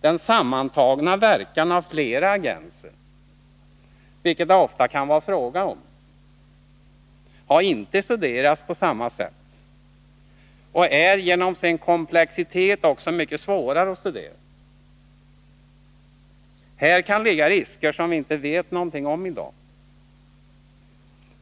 Den sammantagna verkan av flera agenser, vilket det ofta kan vara fråga om, har inte studerats på samma sätt och är genom sin komplexitet också mycket svårare att studera. Här kan ligga risker som vi inte vet något om i dag.